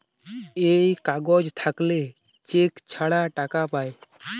এই কাগজ থাকল্যে চেক ছাড়া টাকা পায়